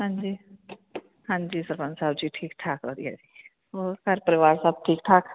ਹਾਂਜੀ ਹਾਂਜੀ ਸਰਪੰਚ ਸਾਹਿਬ ਜੀ ਠੀਕ ਠਾਕ ਵਧੀਆ ਜੀ ਹੋਰ ਘਰ ਪਰਿਵਾਰ ਸਭ ਠੀਕ ਠਾਕ